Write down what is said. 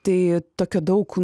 tai tokio daug